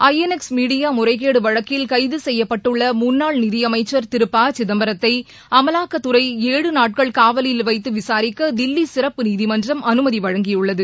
ஐ N X media முறைகேடு வழக்கில் கைது செய்யப்பட்டுள்ள முன்னாள் நிதி அளமச்சன் திரு ப சிதம்பரத்தை அமலாக்கத்துறை ஏழு நாட்கள் காவலில் வைத்து விசாரிக்க தில்லி சிறப்பு நீதிமன்றம் அனுமதி வழங்கியுள்ளது